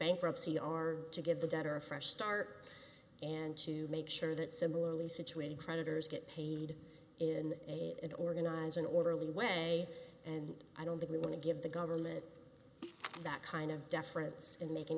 bankruptcy are to give the debtor a fresh start and to make sure that similarly situated creditors get paid in it and organize an orderly way and i don't think we want to give the government that kind of deference and making